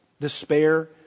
despair